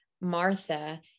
Martha